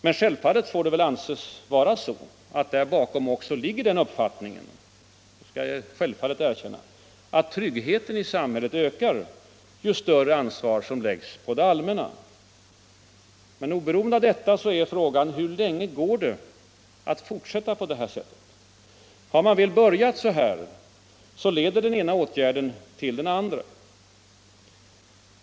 Men det får väl också anses vara så att där bakom ligger den uppfattningen — det skall jag självfallet erkänna — att tryggheten i samhället ökar, ju större ansvar som läggs på det allmänna. Men oberoende av detta är frågan hur länge det går att fortsätta på det här sättet. Har man väl börjat så här, leder den ena åtgärden till den andra.